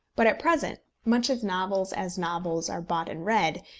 but at present, much as novels, as novels, are bought and read,